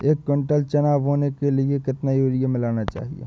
एक कुंटल चना बोने के लिए कितना यूरिया मिलाना चाहिये?